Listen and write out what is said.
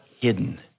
Hidden